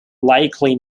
likely